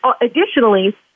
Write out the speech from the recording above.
additionally